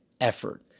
effort